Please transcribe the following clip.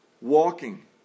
walking